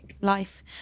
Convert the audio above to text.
life